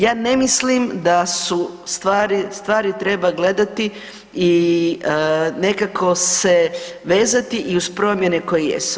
Ja ne mislim da su stvari, stvari treba gledati i nekako se vezati i uz promjene koje jesu.